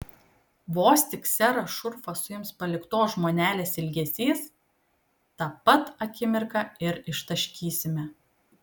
vos tik serą šurfą suims paliktos žmonelės ilgesys tą pat akimirką ir ištaškysime